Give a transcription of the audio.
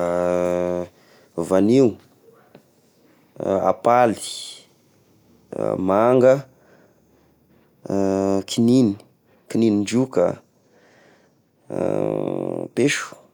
vanio, apaly, manga, kigniny, kignin-droka, peso.